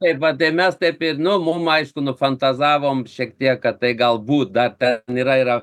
tai va tai mes ir mum aišku nufantazavom šiek tiek kad tai galbūt dar ten yra yra